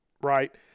right